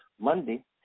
Monday